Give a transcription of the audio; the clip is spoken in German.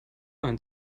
ein